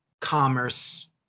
commerce